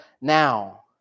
now